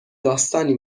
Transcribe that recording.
داستانی